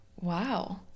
Wow